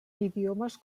idiomes